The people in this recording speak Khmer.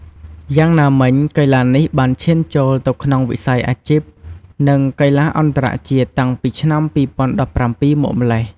យ៉ាងណាមិញ កីឡានេះបានឈានចូលទៅក្នុងវិស័យអាជីព និងកីឡាអន្តរជាតិតាំងពីឆ្នាំ ២០១៧ មកម្លេះ។